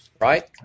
right